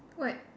what